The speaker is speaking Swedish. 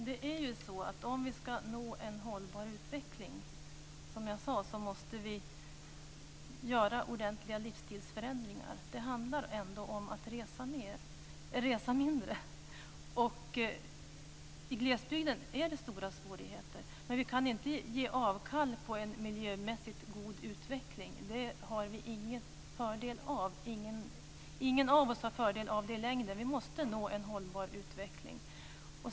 Fru talman! Om vi ska nå en hållbar utveckling, som jag sade, måste vi göra ordentliga livsstilsförändringar. Det handlar om att resa mindre. I glesbygden är det stora svårigheter, men vi kan inte ge avkall på en miljömässigt god utveckling - det har ingen av oss någon fördel av längre. Vi måste nå en hållbar utveckling.